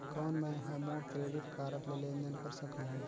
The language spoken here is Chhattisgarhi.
कौन मैं ह मोर क्रेडिट कारड ले लेनदेन कर सकहुं?